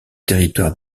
territoire